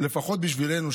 לפחות בשבילנו,